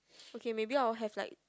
okay maybe I'll have like